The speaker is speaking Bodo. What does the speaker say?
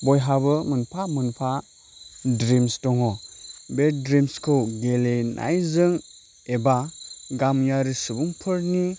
बयहाबो मोनफा मोनफा द्रिम्स दङ बे द्रिम्सखौ गेलेनायजों एबा गामियारि सुबुंफोरनि